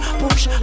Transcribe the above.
push